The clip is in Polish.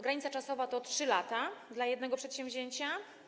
Granica czasowa to 3 lata dla jednego przedsięwzięcia.